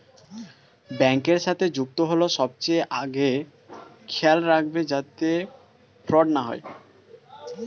ব্যাংকের সাথে যুক্ত হল সবচেয়ে আগে খেয়াল রাখবে যাতে ফ্রড না হয়